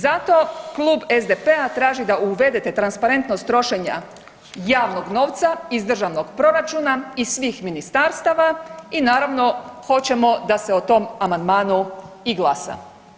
Zato Klub SDP-a traži da uvedete transparentnost trošenja javnog novca iz državnog proračuna i svih ministarstava i naravno, hoćemo da se o tom amandmanu i glasa.